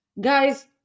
Guys